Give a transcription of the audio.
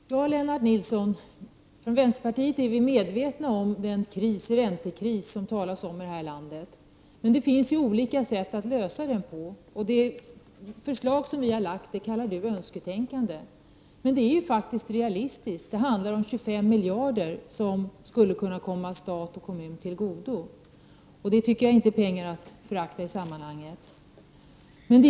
Fru talman! Ja, Lennart Nilsson, inom vänsterpartiet är vi medvetna om den räntekris som det talas om i det här landet. Det finns ju olika sätt att lösa problemen. Det förslag som vi har lagt fram kallar ni önsketänkande. Men förslaget är faktiskt realistiskt. Det handlar om 25 miljarder kronor som skulle komma stat och kommun till godo. Jag tycker inte att detta är en summa att förakta.